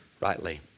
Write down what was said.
rightly